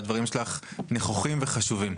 והדברים שלך נכוחים וחשובים,